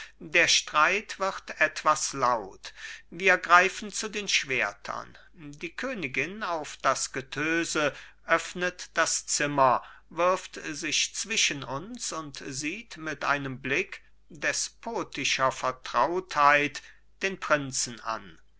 der streit wird etwas laut wir greifen zu den schwertern die königin auf das getöse öffnet das zimmer wirft sich zwischen uns und sieht mit einem blick despotischer vertrautheit den prinzen an